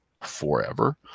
forever